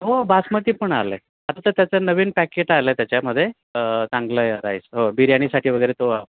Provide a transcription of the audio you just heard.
हो बासमती पण आला आहे आता तर त्याचं नवीन पॅकेट आलं त्याच्यामध्ये चांगलं राईस हो बिर्याणीसाठी वगैरे तो